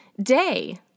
day